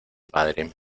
padre